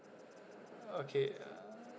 okay uh